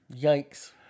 Yikes